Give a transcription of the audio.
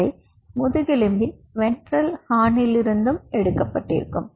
அவை முதுகெலும்பின் வென்ட்ரல் ஹார்னிலிருந்து எடுக்கப்பட்டிருக்கும்